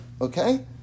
Okay